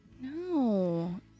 No